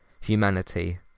humanity